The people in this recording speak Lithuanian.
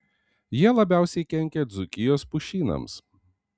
jie labiausiai kenkia dzūkijos pušynams